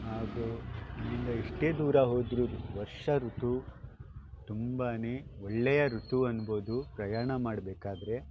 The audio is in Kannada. ಹಾಗೂ ಇಲ್ಲಿಂದ ಎಷ್ಟೇ ದೂರ ಹೋದರೂ ವರ್ಷ ಋತು ತುಂಬನೇ ಒಳ್ಳೆಯ ಋತು ಅನ್ಬೋದು ಪ್ರಯಾಣ ಮಾಡಬೇಕಾದ್ರೆ